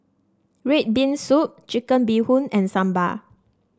red bean soup Chicken Bee Hoon and Sambal